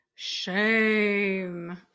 Shame